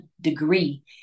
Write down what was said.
degree